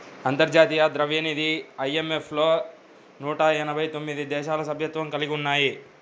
అంతర్జాతీయ ద్రవ్యనిధి ఐ.ఎం.ఎఫ్ లో నూట ఎనభై తొమ్మిది దేశాలు సభ్యత్వం కలిగి ఉన్నాయి